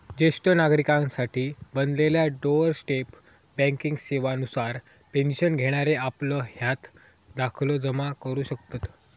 ज्येष्ठ नागरिकांसाठी बनलेल्या डोअर स्टेप बँकिंग सेवा नुसार पेन्शन घेणारे आपलं हयात दाखलो जमा करू शकतत